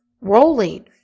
rolling